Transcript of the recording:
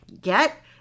get